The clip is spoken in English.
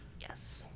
Yes